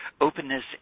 openness